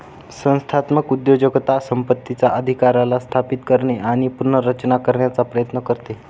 संस्थात्मक उद्योजकता संपत्तीचा अधिकाराला स्थापित करणे आणि पुनर्रचना करण्याचा प्रयत्न करते